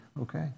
Okay